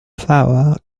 flower